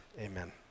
amen